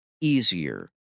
easier